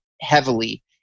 heavily